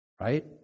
Right